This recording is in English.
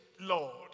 lord